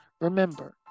Remember